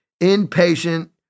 impatient